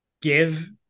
give